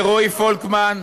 לרועי פולקמן,